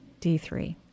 D3